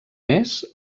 més